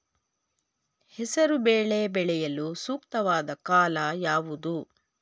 ಹೆಸರು ಬೇಳೆ ಬೆಳೆಯಲು ಸೂಕ್ತವಾದ ಕಾಲ ಯಾವುದು?